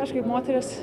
aš kaip moteris